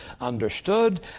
understood